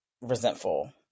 resentful